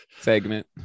Segment